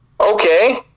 okay